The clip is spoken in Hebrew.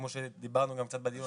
כמו שדיברנו קצת גם בדיון הקודם.